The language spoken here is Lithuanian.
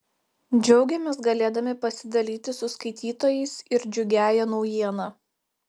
džiaugiamės galėdami pasidalyti su skaitytojais ir džiugiąja naujiena